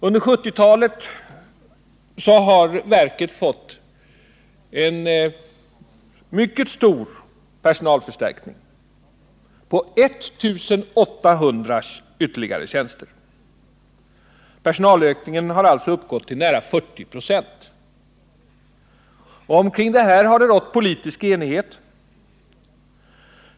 Under 1970-talet har verket fått en mycket stor personalförstärkning, med 1 800 tjänster. Personalökningen har alltså uppgått till nära 40 96. Omkring detta har det rått politisk enighet.